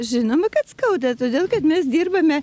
žinoma kad skauda todėl kad mes dirbame